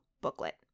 booklet